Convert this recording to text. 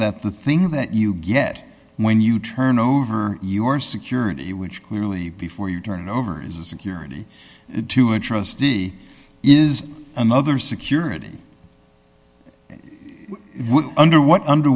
that the thing that you get when you turn over your security which clearly before you turn it over is a security to a trustee is another security under what under